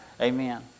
Amen